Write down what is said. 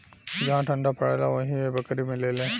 जहा ठंडा परेला उहे इ बकरी मिलेले